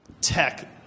tech